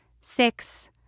Six